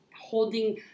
holding